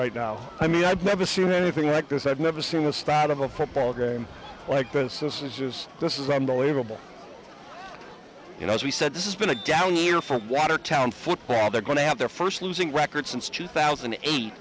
right now i mean i've never seen anything like this i've never seen a stat of a football game like this this is just this is unbelievable you know as we said this is been a gallon year for a town football they're going to have their first losing record since two thousand and eight